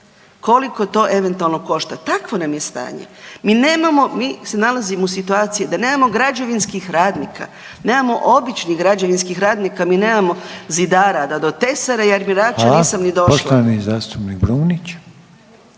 koliko to eventualno košta, takvo nam je stanje. Mi nemamo, mi se nalazimo u situaciji da nemamo građevinskih radnika, nemamo običnih građevinskih radnika, mi nemamo zidara, da do tesara i armirača nisam ni došla.